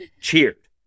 cheered